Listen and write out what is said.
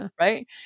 Right